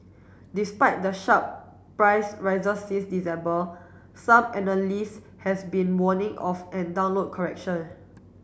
despite the sharp price rises since December some analyst has been warning of a downward correction